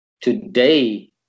Today